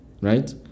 right